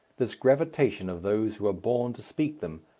this gravitation of those who are born to speak them,